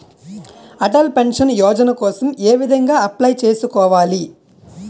Atal pension Yojana కోసం ఏ విధంగా అప్లయ్ చేసుకోవాలి?